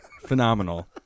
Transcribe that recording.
phenomenal